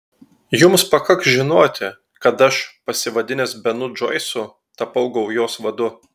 jums pakaks žinoti kad aš pasivadinęs benu džoisu tapau gaujos vadu